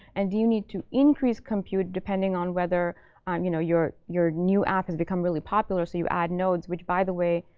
and do you need to increase compute depending on whether um you know your your new app has become really popular, so you add nodes which by the way,